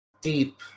deep